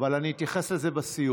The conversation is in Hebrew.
אבל אני אתייחס לזה בסיום.